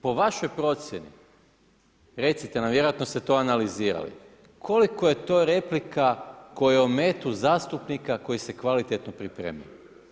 Po vašoj procjeni, recite nam, vjerojatno ste to analizirali, koliko je to replika, koje ometu zastupnika, koji se je kvalitetno pripremio?